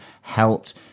helped